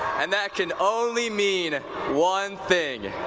and that can only mean one thing!